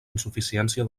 insuficiència